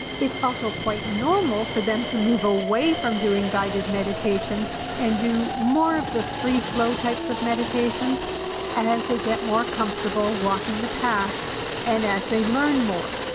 it's also quite normal for them to move away from doing guided meditations and do more of the free-flow types of meditations as they get more comfortable walking the path and as they learn more.